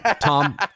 Tom